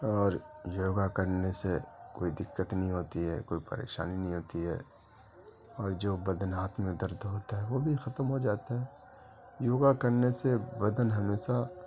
اور یوگا کرنے سے کوئی دقت نہیں ہوتی ہے کوئی پریشانی نہیں ہوتی ہے اور جو بدن ہاتھ میں درد ہوتا ہے وہ بھی ختم ہو جاتا ہے یوگا کرنے سے بدن ہمیشہ